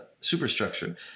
superstructure